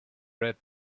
red